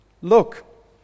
Look